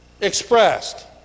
expressed